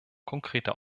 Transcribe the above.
konkreter